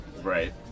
right